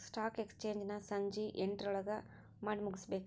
stock exchange ನ ಸಂಜಿ ಎಂಟ್ರೊಳಗಮಾಡಿಮುಗ್ಸ್ಬೇಕು